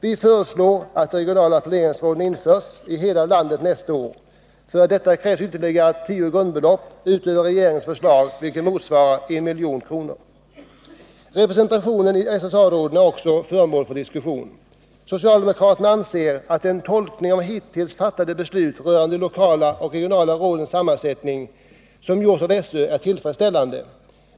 Vi föreslår att de regionala planeringsråden införs i hela landet nästa läsår. För detta krävs ytterligare tio grundbelopp utöver regeringens förslag, vilket motsvarar 1 milj.kr. Representationen i SSA-råden är också föremål för diskussion. Socialdemokraterna anser att den tolkning av hittills fattade beslut rörande de lokala och regionala rådens sammansättning som gjorts av SÖ är tillfredsställande.